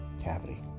cavity